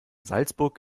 salzburg